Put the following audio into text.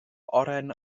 oren